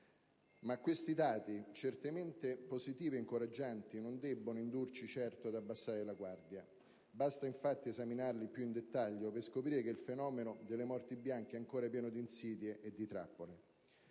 Ma questi dati, certamente positivi e incoraggianti, non debbono indurci certo ad abbassare la guardia. Basta infatti esaminarli più in dettaglio per scoprire che il fenomeno delle morti bianche è ancora pieno di insidie e di trappole.